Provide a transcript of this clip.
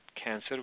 Cancer